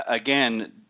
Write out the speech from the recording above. again